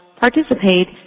participate